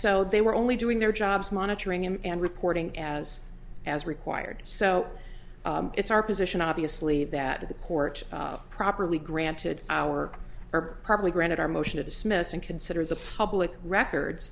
so they were only doing their jobs monitoring him and reporting as as required so it's our position obviously that the court properly granted our are probably granted our motion to dismiss and consider the public records